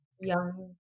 young